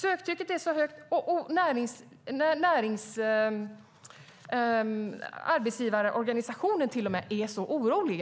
Söktrycket är högt, och till och med inom arbetsgivarorganisationen är man orolig.